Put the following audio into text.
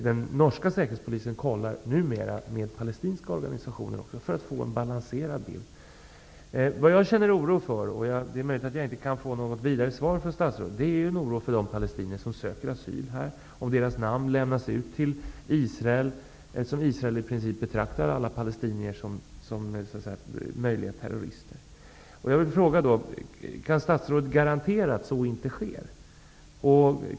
Den norska säkerhetspolisen kollar numera uppgifter också med palestinska organisationer, för att få en balanserad bild. Vad jag känner oro för -- och där är det möjligt att jag inte kan få något bra svar från statsrådet -- är läget för de palestinier som söker asyl här och huruvida deras namn lämnas ut till Israel. Israel betraktar i princip alla palestinier som möjliga terrorister. Jag vill fråga statsrådet om hon kan garantera att så inte sker.